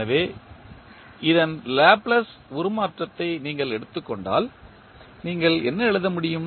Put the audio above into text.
எனவே இதன் லாப்லேஸ் உருமாற்றத்தை நீங்கள் எடுத்துக் கொண்டால் நீங்கள் என்ன எழுத முடியும்